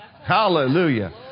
Hallelujah